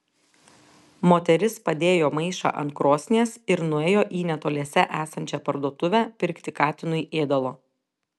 moteris padėjo maišą ant krosnies ir nuėjo į netoliese esančią parduotuvę pirkti katinui ėdalo